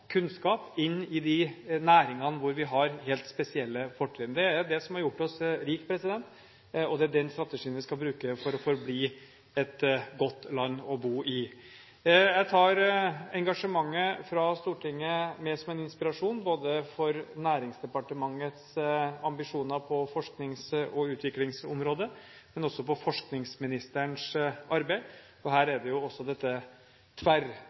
kunnskap inn i de næringene hvor vi har helt spesielle fortrinn. Det er det som har gjort oss rike, og det er den strategien vi skal bruke for at landet vårt skal forbli et godt land å bo i. Jeg tar engasjementet fra Stortinget med som en inspirasjon, både for Næringsdepartementet når det gjelder ambisjoner på forsknings- og utviklingsområdet, og for forskningsministeren i hennes arbeid. Her er dette